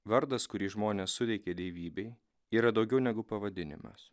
vardas kurį žmonės suteikia dievybei yra daugiau negu pavadinimas